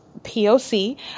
POC